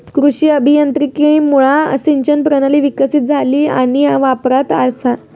कृषी अभियांत्रिकीमुळा सिंचन प्रणाली विकसीत झाली आणि वापरात असा